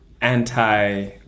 anti